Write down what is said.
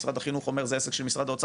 משרד החינוך אומר זה עסק של משרד האוצר,